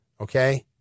okay